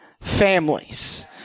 families